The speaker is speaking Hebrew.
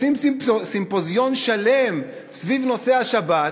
עושים סימפוזיון שלם סביב נושא השבת,